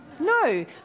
No